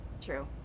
True